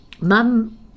mum